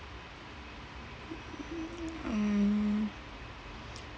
mm